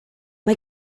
mae